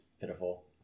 pitiful